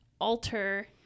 alter